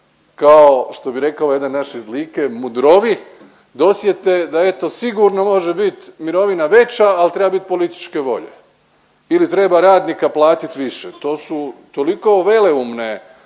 kao što bi rekao jedan naš iz Like, mudrovi dosjete da eto, sigurno može bit mirovina veća, ali treba bit političke volje. Ili treba radnika platit više, to su toliko veleumne